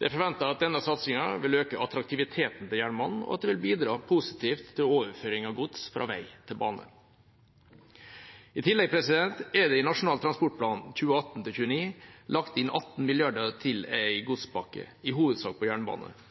Det er forventet at denne satsingen vil øke attraktiviteten til jernbanen, og at det vil bidra positivt til overføring av gods fra vei til bane. I tillegg er det i Nasjonal transportplan 2018–2029 lagt inn 18 mrd. kr til